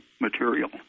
material